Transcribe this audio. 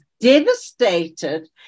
devastated